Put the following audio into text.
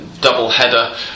double-header